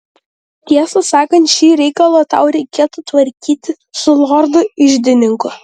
tiesą sakant šį reikalą tau reikėtų tvarkyti su lordu iždininku